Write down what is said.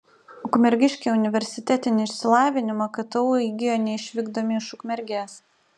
ukmergiškiai universitetinį išsilavinimą ktu įgijo neišvykdami iš ukmergės